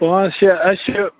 پانٛژھ شیٚے اَسہِ چھِ